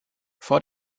vor